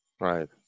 Right